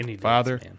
father